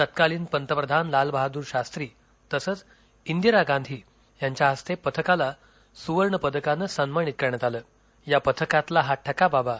तत्कालीन पंतप्रधान लालबहादुर शास्त्री तसंच इंदिरा गांधी यांच्या हस्ते पथकाला सुवर्णपदकानं सन्मानीत करण्यात आलं या पथकातला हा ठकाबाबा